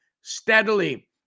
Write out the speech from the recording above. steadily